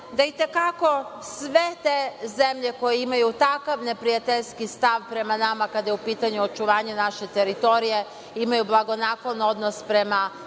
da i te kako sve te zemlje koje imaju takav neprijateljski stav prema nama kada je u pitanju očuvanje naše teritorije imaju blagonaklon odnos prema